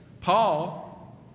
Paul